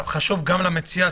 חשוב גם למציע,